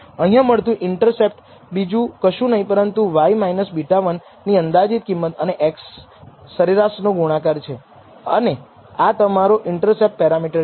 અહીંયા મળતું ઇન્ટરસેપ્ટ બીજું કશું નહીં પરંતુ y β 1 ની અંદાજિત કિંમત અને x સરેરાશ નો ગુણાકાર છે આ તમારો ઇન્ટરસેપ્ટ પેરામીટર છે